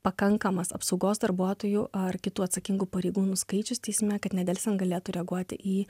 pakankamas apsaugos darbuotojų ar kitų atsakingų pareigūnų skaičius teisme kad nedelsiant galėtų reaguoti į